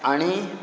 आनी